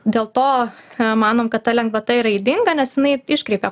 dėl to ką manom kad ta lengvata yra ydinga nes jinai iškreipia